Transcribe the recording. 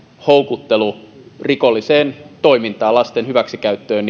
houkuttelu rikolliseen toimintaan lasten hyväksikäyttöön